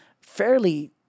fairly